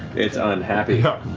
it's unhappy.